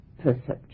perception